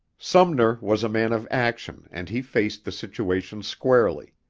sumner was a man of action and he faced the situation squarely.